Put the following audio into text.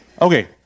okay